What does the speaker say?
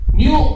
new